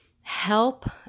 help